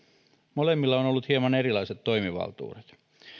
molemmilla on on ollut hieman erilaiset toimivaltuudet